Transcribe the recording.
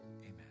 Amen